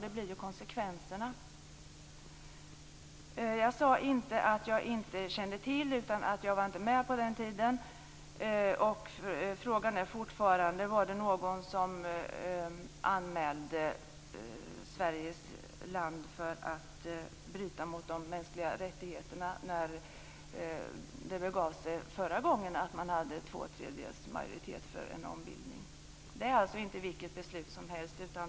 Det blir ju konsekvenserna. Jag sade inte att jag inte kände till, utan att jag inte var med på den tiden. Frågan är fortfarande om det var någon som anmälde Sveriges land för att bryta mot de mänskliga rättigheterna när det begav sig förra gången och man krävde två tredjedels majoritet för en ombildning. Det är alltså inte vilket beslut som helst.